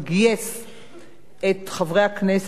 את חברי הכנסת זבולון אורלב,